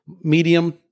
medium